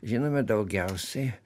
žinome daugiausiai